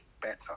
better